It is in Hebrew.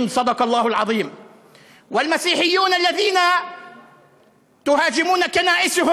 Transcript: בעולם הזה יעטו קלון,